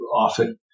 often